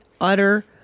utter